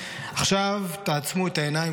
"עכשיו תעצמו את העיניים",